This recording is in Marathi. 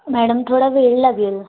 मॅडम थोडा वेळ लागेल